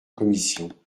commission